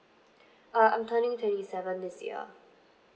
uh I'm turning twenty seven this year